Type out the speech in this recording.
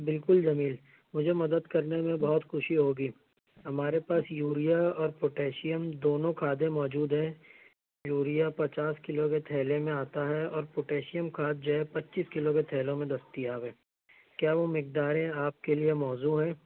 بالکل جمیل مجھے مدد کرنے میں بہت خوشی ہوگی ہمارے پاس یوریا اور پوٹیشیم دونوں کھادیں موجود ہیں یوریا پچاس کلو کے تھیلے میں آتا ہے اور پوٹیشیم کھاد جو ہے پچیس کلو کے تھیلوں میں دستیاب ہے کیا وہ مقداریں آپ کے لیے موضوع ہیں